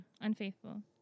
Unfaithful